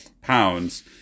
pounds